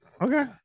Okay